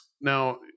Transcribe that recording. now